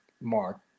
Mark